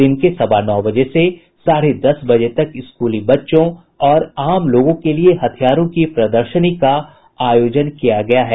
दिन के सवा नौ बजे से साढ़े दस बजे तक स्कूली बच्चों और आम लोगों के लिये हथियारों की प्रदर्शनी का आयोजन किया गया है